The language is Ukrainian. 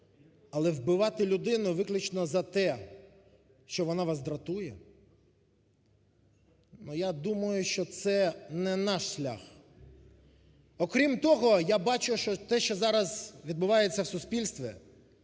але вбивати людину виключно за те, що вона вас дратує, я думаю, що це не наш шлях. Окрім того, я бачу, що те, що зараз відбувається в суспільстві,